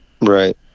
right